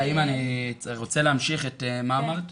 אימא, אני רוצה להמשיך את מה שמינדי אמרה,